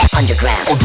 underground